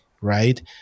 right